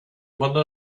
one